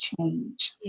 change